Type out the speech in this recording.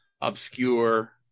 obscure